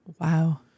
Wow